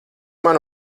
man